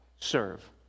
serve